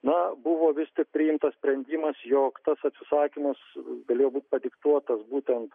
na buvo vistik priimtas sprendimas jog tas atsisakymas galėjo būt padiktuotas būtent